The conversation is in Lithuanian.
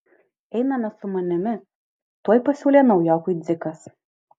einame su manimi tuoj pasiūlė naujokui dzikas